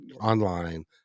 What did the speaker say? online